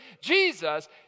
Jesus